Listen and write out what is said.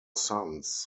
sons